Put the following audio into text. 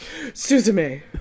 Suzume